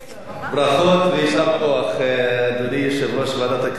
ברכות ויישר כוח, אדוני יושב-ראש ועדת הכלכלה,